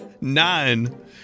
Nine